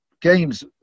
games